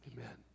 Amen